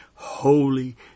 Holy